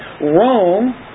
Rome